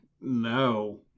No